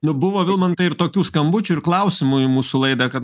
juk buvo vilmantai ir tokių skambučių ir klausimų į mūsų laidą kad